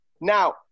Now